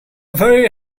very